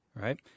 right